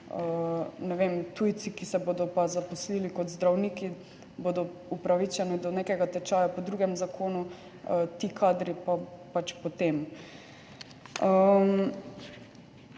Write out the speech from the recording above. tujci, ki se bodo pa zaposlili kot zdravniki, upravičeni do nekega tečaja po drugem zakonu, ti kadri pač po tem.